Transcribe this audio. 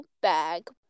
bag